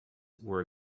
were